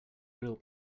real